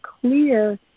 clear